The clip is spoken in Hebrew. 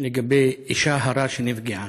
לגבי האישה ההרה שנפגעה.